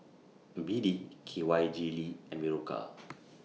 B D K Y Jelly and Berocca